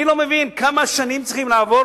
אני לא מבין כמה שנים צריכות לעבור